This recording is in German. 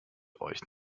euch